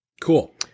Cool